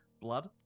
Blood